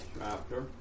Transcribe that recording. chapter